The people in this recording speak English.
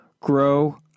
grow